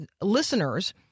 listeners